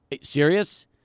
serious